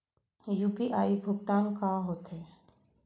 UPI भुगतान का होथे?